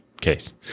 case